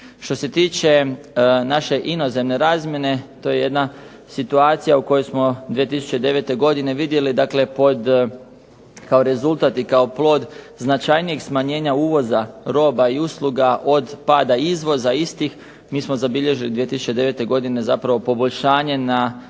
Što se tiče naše inozemne razmjene, to je jedna situacija u kojoj smo 2009. godine vidjeli dakle pod kao rezultat i kao plod značajnijeg smanjenja uvoza roba i usluga od pada izvoza istih, mi smo zabilježili 2009. godine zapravo poboljšanje na